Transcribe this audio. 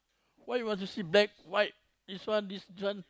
why you wanna see black white this one this one